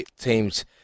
teams